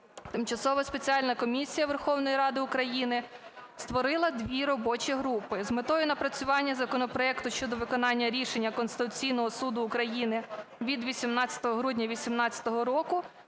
Тимчасова спеціальна комісія Верховної Ради України створила дві робочі групи з метою напрацювання законопроекту щодо виконання Рішення Конституційного Суду України від 18 грудня 18-го року: